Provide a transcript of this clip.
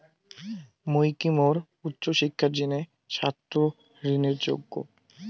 মুই কি মোর উচ্চ শিক্ষার জিনে ছাত্র ঋণের যোগ্য?